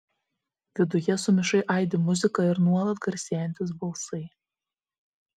viduje sumišai aidi muzika ir nuolat garsėjantys balsai